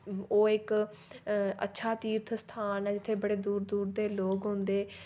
ओ इक अच्छा तीर्थ स्थान ऐ जित्थै बड़े दूर दूर दे लोक औंदे